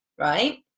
right